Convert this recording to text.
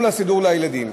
מול הסידור לילדים.